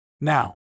Now